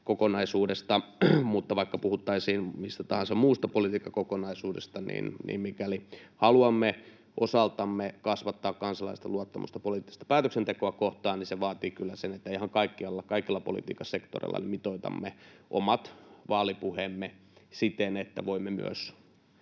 kokonaisuudesta, mutta vaikka puhuttaisiin mistä tahansa muusta politiikkakokonaisuudesta — että mikäli haluamme osaltamme kasvattaa kansalaisten luottamusta poliittista päätöksentekoa kohtaan, niin se vaatii kyllä, että ihan kaikkialla, kaikilla politiikan sektoreilla, mitoitamme omat vaalipuheemme siten, että voimme myös